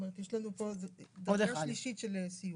זאת אומרת יש לנו פה דרגה שלישית של סיוע.